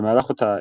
במהלך אותה העת,